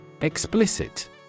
Explicit